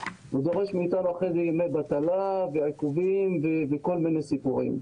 ודורש מאיתנו ימי בטלה ועיכובים וכל מיני סיפורים.